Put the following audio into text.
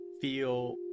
feel